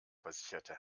versicherte